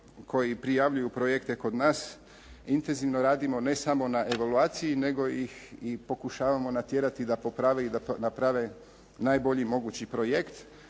koji prijavljuju projekte kod nas. Intenzivno radimo ne samo na evaluaciji nego ih i pokušavamo natjerati da poprave i naprave najbolji mogući projekt,